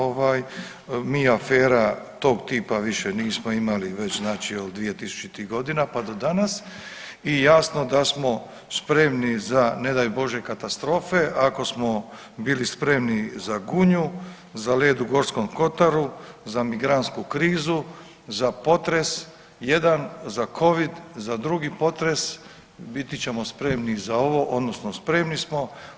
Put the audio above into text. Ovaj, mi afera, tog tipa više nismo imali već znači od 2000-ih godina pa do danas i jasno da smo spremni za ne daj Bože katastrofe, ako smo bili spremni za Gunju, za led u Gorskom kotaru, za migrantsku krizu, za potres, jedan za Covid, za drugi potres, biti ćemo spremni za ovo, odnosno spremni smo.